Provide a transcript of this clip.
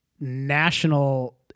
national